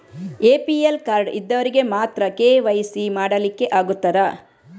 APL card ಇದ್ದವರಿಗೆ ಮಾತ್ರ KYC ಮಾಡಲಿಕ್ಕೆ ಆಗುತ್ತದಾ?